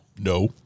No